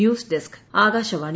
news desk Akashvani